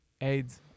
Aids